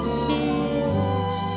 tears